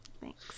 Thanks